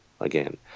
again